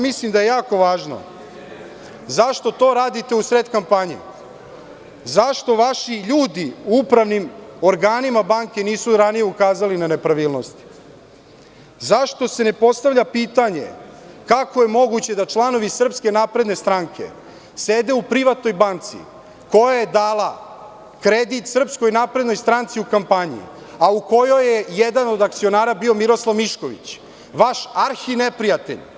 Mislim da je jako važno zašto to radite u sred kampanje, zašto vaši ljudi u upravnim organima banke nisu ranije ukazali na nepravilnosti, zašto se ne postavlja pitanje – kako je moguće da članovi SNS sede u privatnoj banci koja je dala kredit SNS u kampanji, a u kojoj je jedan od akcionara bio Miroslav Mišković, vaš arhineprijatelj.